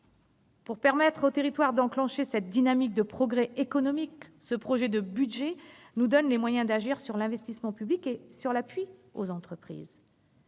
Pour permettre aux territoires d'enclencher cette dynamique de progrès économique, le présent projet de budget nous donne les moyens d'agir sur l'investissement public et d'appuyer les entreprises.